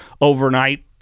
overnight